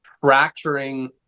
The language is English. fracturing